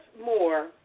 more